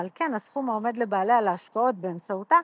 ועל כן הסכום העומד לבעליה להשקעות באמצעותה,